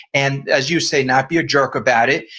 and as you say not be a jerk about it.